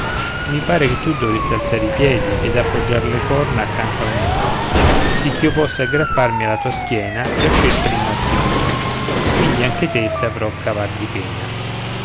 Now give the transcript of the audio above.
i pare che tu dovresti alzare i piedi ed appoggiar le corna accanto al muro sì ch'io possa aggrapparmi alla tua schiena e uscir prima al sicuro quindi anche te saprò cavar di pena